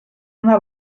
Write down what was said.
una